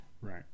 Right